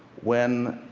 when